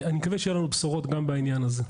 רביעי ואני מקווה שיהיו לנו בשורות גם בעניין הזה.